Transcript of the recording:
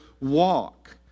walk